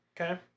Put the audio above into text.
Okay